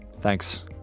Thanks